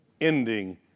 ending